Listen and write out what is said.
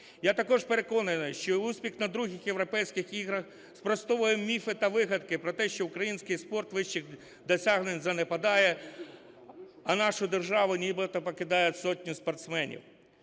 Я також переконаний, що успіх на ІІ Європейських іграх спростовує міфи та вигадки про те, що український спорт вищих досягнень занепадає, а нашу державу нібито покидають сотні спортсменів.